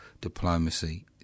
Diplomacy